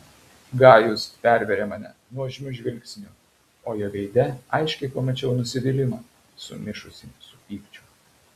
gajus pervėrė mane nuožmiu žvilgsniu o jo veide aiškiai pamačiau nusivylimą sumišusį su pykčiu